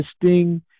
existing